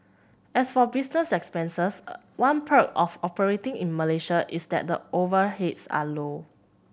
as for business expenses a one perk of operating in Malaysia is that the overheads are low